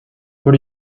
what